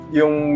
yung